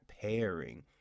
pairing